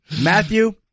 Matthew